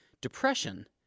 depression